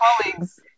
colleagues